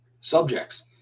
subjects